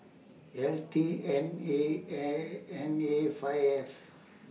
L T N A N A five F